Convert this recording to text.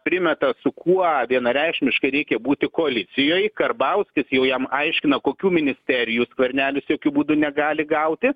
primeta su kuo vienareikšmiškai reikia būti koalicijoj karbauskis jau jam aiškina kokių ministerijų skvernelis jokiu būdu negali gauti